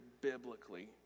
biblically